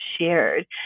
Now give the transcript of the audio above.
shared